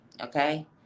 okay